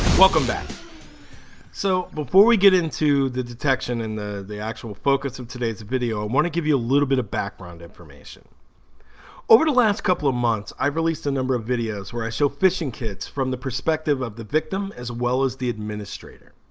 welcome back so before we get into the detection in the the actual focus of today's video i want to give you a little bit of background information over the last couple of months i've released a number of videos where i show fishing kits from the perspective of the victim as well as the administrator